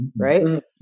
right